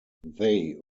they